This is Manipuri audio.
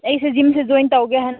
ꯑꯩꯁꯦ ꯖꯤꯝꯁꯦ ꯖꯣꯏꯟ ꯇꯧꯒꯦ ꯍꯥꯏꯅ